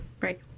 Right